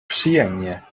przyjemnie